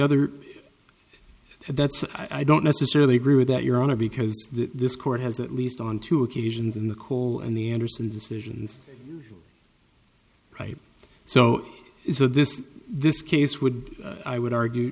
other and that's i don't necessarily agree with that your honor because this court has at least on two occasions in the cole and the anderson decisions right so so this this case would i would argue